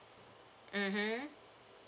mmhmm